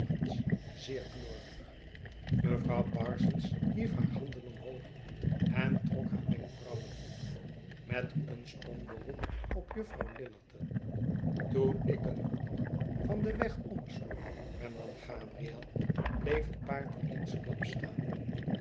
zeer knorrig mevrouw parsons hief haar handen omhoog en trok haar wenkbrauwen op met een stom beroep op juffrouw lillerton toen ik een hoek van den weg omsloeg hernam gabriel bleef het paard eensklaps staan